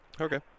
Okay